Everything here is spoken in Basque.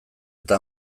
eta